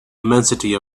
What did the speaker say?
immensity